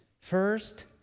First